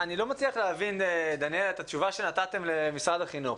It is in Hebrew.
אני לא מצליח להבין את התשובה שנתתם במשרד החינוך.